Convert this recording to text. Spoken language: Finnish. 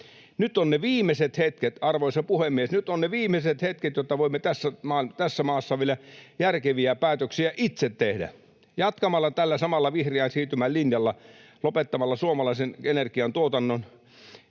pystytään tekemään. Arvoisa puhemies, nyt ovat ne viimeiset hetket, että voimme tässä maassa vielä järkeviä päätöksiä itse tehdä. Jatkamalla tällä samalla vihreän siirtymän linjalla, lopettamalla suomalaisen energiantuotannon